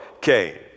Cain